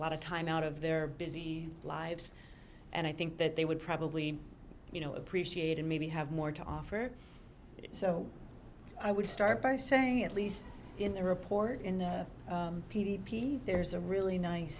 lot of time out of their busy lives and i think that they would probably you know appreciate and maybe have more to offer so i would start by saying at least in the report in the p d p there's a really nice